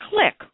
Click